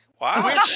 Wow